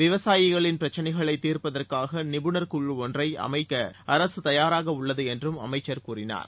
விவசாயிகளின் பிரக்சினைகளை தீர்ப்பதற்காக நிபுணர் குழுவொன்றை அமைக்க அரசு தயாராக உள்ளது என்றும் அமைச்சர் கூறினார்